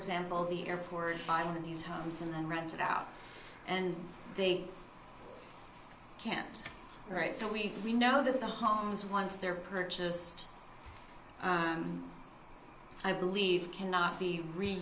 example the airport find these homes and then rent it out and they can't right so we we know that the homes once they're purchased i believe cannot